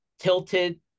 tilted